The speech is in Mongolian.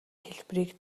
хэлбэрийг